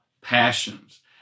passions